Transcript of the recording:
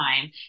time